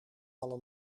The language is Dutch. alle